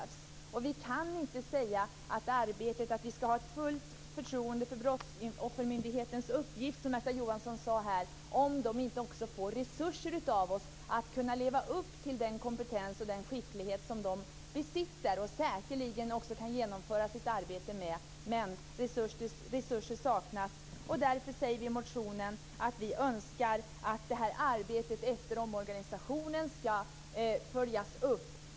Vi kan inte säga att vi har ett fullt förtroende för Brottsoffermyndighetens arbete, som Märta Johansson sade, om myndigheten inte får resurser för att kunna leva upp till den kompetens och skicklighet som man där besitter. Det saknas alltså resurser, och därför säger vi i motionen att vi önskar att arbetet efter omorganisationen skall följas upp.